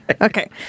Okay